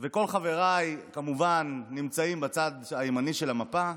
וכל חבריי כמובן נמצאים בצד הימני של המפה.